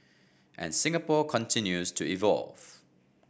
and Singapore continues to evolve